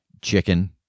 Chicken